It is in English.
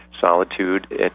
Solitude